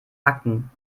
akten